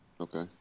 Okay